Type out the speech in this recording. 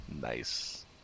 Nice